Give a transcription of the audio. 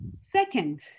Second